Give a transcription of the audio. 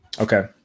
Okay